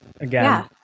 again